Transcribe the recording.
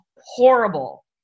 horrible